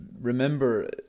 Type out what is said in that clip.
Remember